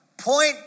Point